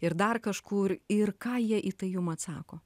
ir dar kažkur ir ką jie į tai jum atsako